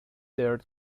their